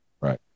Right